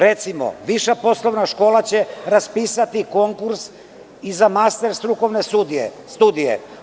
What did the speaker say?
Recimo, viša poslovna škola će raspisati konkurs i za master strukovne studije.